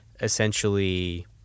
essentially